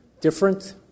different